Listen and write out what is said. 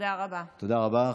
תודה רבה.